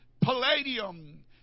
palladium